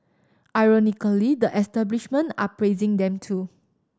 ironically the establishment are praising them too